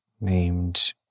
named